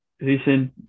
recent